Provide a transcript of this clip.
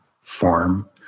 Form